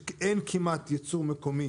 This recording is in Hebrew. כשאין כמעט יצור מקומי,